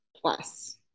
plus